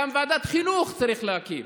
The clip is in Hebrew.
גם ועדת חינוך צריך להקים,